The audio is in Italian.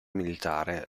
militare